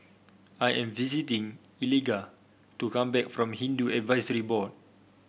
I am waiting Eliga to come back from Hindu Advisory Board